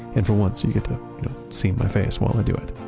and for once, you get to see my face while i do it.